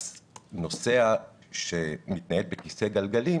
אז נוסע שמתנייד בכיסא גלגלים